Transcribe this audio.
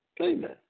amen